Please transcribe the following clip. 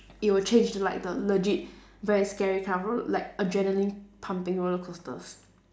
it will change into like the legit very scary kind of r~ like adrenaline pumping roller coasters